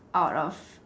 out of